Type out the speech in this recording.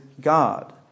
God